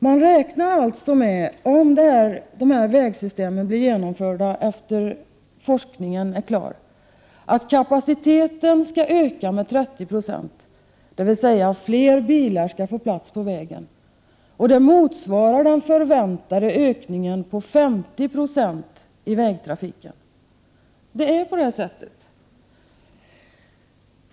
Man räknar alltså med, om dessa vägsystem blir genomförda sedan forskningen är klar, att kapaciteten skall öka med 30 26, dvs. att fler bilar skall få plats på vägen. Det motsvarar den förväntade ökningen på 50 9 i vägtrafiken. Det är på det sättet.